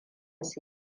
su